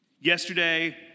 Yesterday